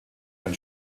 ein